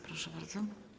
Proszę bardzo.